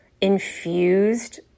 infused